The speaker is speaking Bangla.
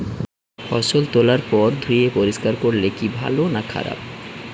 ফসল তোলার পর ধুয়ে পরিষ্কার করলে কি ভালো না খারাপ?